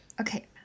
Okay